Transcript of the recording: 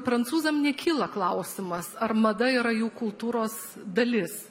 prancūzam nekyla klausimas ar mada yra jų kultūros dalis